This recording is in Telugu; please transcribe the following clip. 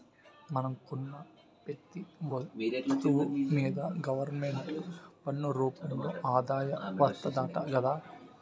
మనం కొన్న పెతీ ఒస్తువు మీదా గవరమెంటుకి పన్ను రూపంలో ఆదాయం వస్తాదట గదా